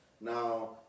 Now